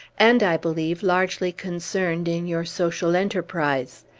and, i believe, largely concerned in your social enterprise.